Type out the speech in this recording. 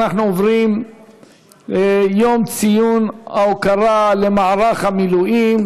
אנחנו עוברים להצעות לסדר-היום בנושא: ציון יום ההוקרה למערך המילואים,